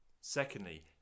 Secondly